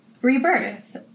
rebirth